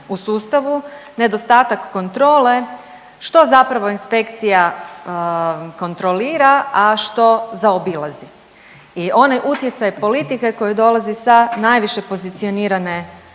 u sustavu nedostatak kontrole što zapravo inspekcija kontrolira, a što zaobilazi. I onaj utjecaj politike koji dolazi sa najviše pozicionirane